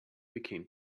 became